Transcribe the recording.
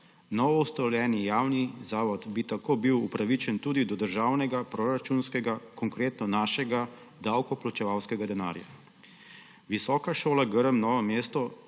Novoustanovljeni javni zavod bi tako bil upravičen tudi do državnega, proračunskega, konkretno našega davkoplačevalskega denarja. Visoka šola Grm Novo mesto